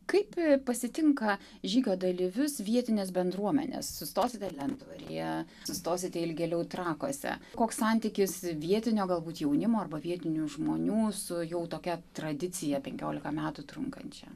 kaip pasitinka žygio dalyvius vietinės bendruomenės sustosite lentvaryje sustosite ilgėliau trakuose koks santykis vietinio galbūt jaunimo arba vietinių žmonių su jau tokia tradicija penkiolika metų trunkančia